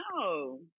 No